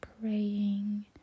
praying